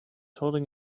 holding